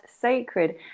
sacred